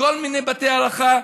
כל מיני בתי הארחה: